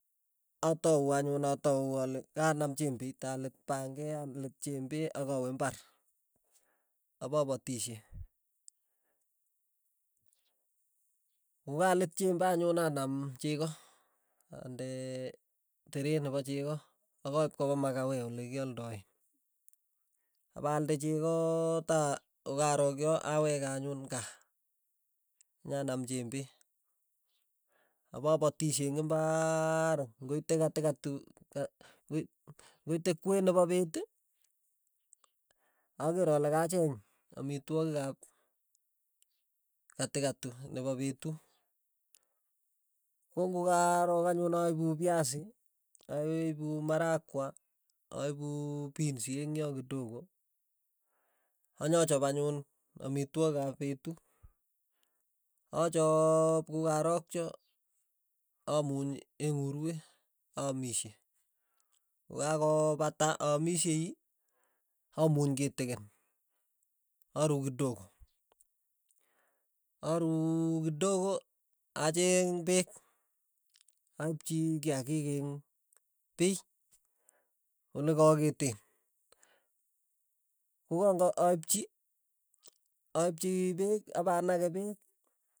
Atau anyun atau ale kanam chembeit alit panget, alit chembe, akawe mbar. apapatishe, kokalit chembe anyun anam cheko, ande teret nepo cheko, akaip kopa makaweo olekialdoe, apaalde chekoo ta kokarokyo aweke anyun kaa, nyanam chembe, apapatishe eng' imbar ng'oite katikati ng'oite kwen nepo peet, akeer ale kacheng amitwogik ap katikati nepo petuu, ko kokarook anyun aipu piasi, aweipu marakwa, aipu pinsi eng' yo kidogo, anyap anyun amitwogik ap petuu, achaap kokaarakcho amuny eng' urwee, aamishe, kokakopata aamishei amuny kitikin, aru kitogo, aruu kidogo, acheng peek, aipchi kiakiik ing' piy, olekaaketen. kokang'aipchi aipchi peek, apanake peek.